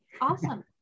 Awesome